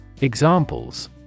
Examples